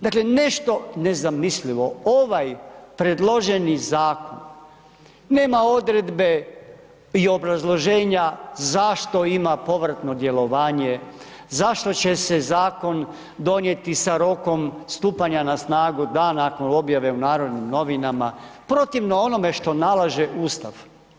Dakle, nešto nezamislivo, ovaj predloženi zakon nema odredbe i obrazloženja, zašto ima povratno djelovanje, zašto će se zakon donijeti sa rokom stupanja na snagu dan nakon objave u Narodnim novinama, protivno onome što nalaže Ustav.